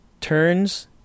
Turns